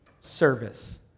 service